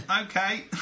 Okay